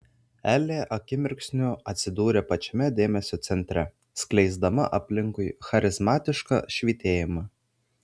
elė akimirksniu atsidūrė pačiame dėmesio centre skleisdama aplinkui charizmatišką švytėjimą